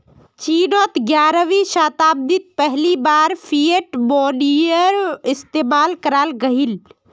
चिनोत ग्यारहवीं शाताब्दित पहली बार फ़िएट मोनेय्र इस्तेमाल कराल गहिल